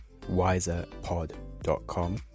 wiserpod.com